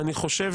אני חושב